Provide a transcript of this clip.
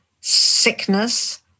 sickness